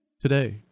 Today